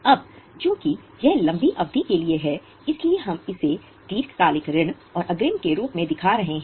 अब चूंकि यह लंबी अवधि के लिए है इसलिए हम इसे दीर्घकालिक ऋण और अग्रिम के रूप में दिखा रहे हैं